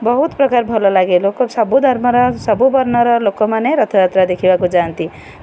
ବହୁତ ପ୍ରକାର ଭଲ ଲାଗେ ଲୋକ ସବୁ ଧର୍ମର ସବୁ ବର୍ଣ୍ଣର ଲୋକମାନେ ରଥଯାତ୍ରା ଦେଖିବାକୁ ଯାଆନ୍ତି